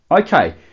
Okay